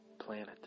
planet